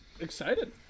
Excited